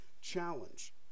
Challenge